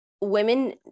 women